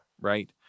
right